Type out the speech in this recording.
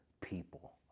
People